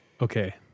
okay